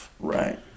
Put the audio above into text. Right